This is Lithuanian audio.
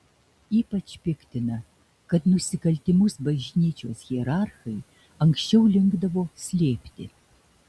ypač piktina kad nusikaltimus bažnyčios hierarchai anksčiau linkdavo slėpti